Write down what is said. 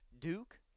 Duke